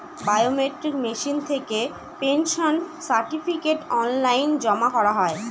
biometric machine থেকে pension certificate online জমা করা হয়